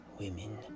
women